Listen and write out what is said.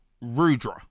Rudra